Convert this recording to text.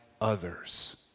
others